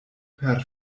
per